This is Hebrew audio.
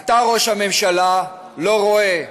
אתה, ראש הממשלה, לא רואה.